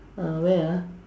uh where ah